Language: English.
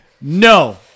no